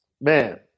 man